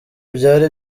byari